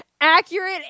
accurate